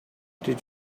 did